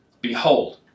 Behold